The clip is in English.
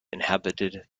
inhabited